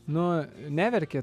nu neverki